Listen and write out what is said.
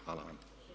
Hvala vam.